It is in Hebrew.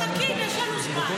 אנחנו מחכים, יש לנו זמן.